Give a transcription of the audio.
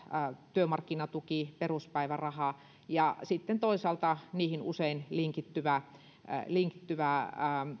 työmarkkinatuki peruspäiväraha ja sitten toisaalta niihin usein linkittyvä